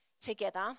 Together